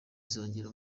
izongera